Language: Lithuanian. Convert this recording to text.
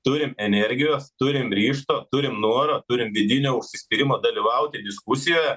turim energijos turim ryžto turim noro turim vidinio užsispyrimo dalyvauti diskusijoje